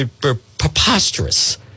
preposterous